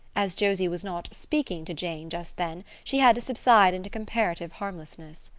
as josie was not speaking to jane just then she had to subside into comparative harmlessness.